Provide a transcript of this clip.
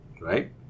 right